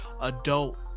Adult